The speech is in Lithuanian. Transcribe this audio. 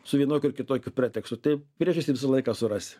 su vienokiu ar kitokiu pretekstu tai priežastį visą laiką surasi